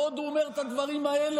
בעוד הוא אומר את הדברים האלה,